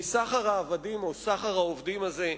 מסחר העבדים או סחר העובדים הזה,